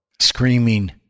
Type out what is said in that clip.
Screaming